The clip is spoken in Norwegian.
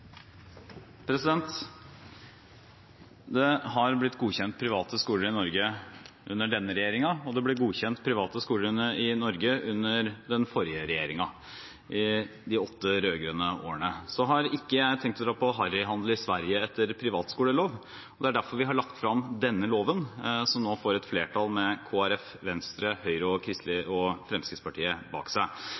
retning. Det har blitt godkjent private skoler i Norge under denne regjeringen, og det ble godkjent private skoler i Norge under den forrige regjeringen, i de åtte rød-grønne årene. Så har ikke jeg tenkt å dra på harryhandel i Sverige etter privatskolelov. Det er derfor vi har lagt frem denne loven, som nå får et flertall, med Kristelig Folkeparti, Venstre, Høyre og Fremskrittspartiet bak seg.